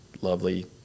lovely